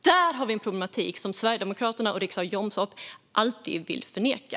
Där har vi en problematik som Sverigedemokraterna och Richard Jomshof alltid vill förneka.